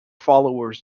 followers